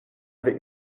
avec